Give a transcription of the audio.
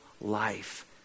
life